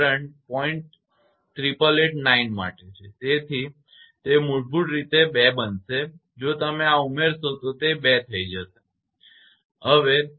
8889 માટે છે તેથી તે મૂળભૂત રીતે તે 2 બનશે જો તમે આ ઉમેરશો તો તે 2 થઈ જશે બરાબર